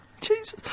Jesus